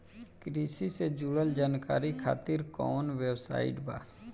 कृषि से जुड़ल जानकारी खातिर कोवन वेबसाइट बा?